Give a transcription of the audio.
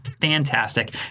fantastic